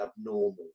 abnormal